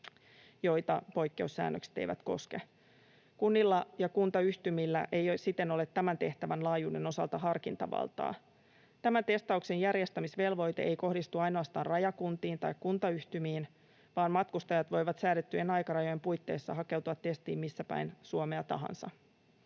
joita poikkeussäännökset eivät koske. Kunnilla ja kuntayhtymillä ei siten ole tämän tehtävän laajuuden osalta harkintavaltaa. Tämä testauksen järjestämisvelvoite ei kohdistu ainoastaan rajakuntiin tai kuntayhtymiin, vaan matkustajat voivat säädettyjen aikarajojen puitteissa hakeutua testiin missä päin Suomea tahansa.